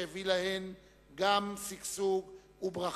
שהביא גם להן שגשוג וברכה,